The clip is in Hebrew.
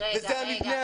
וזה המבנה הזה.